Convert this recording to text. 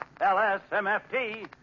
LSMFT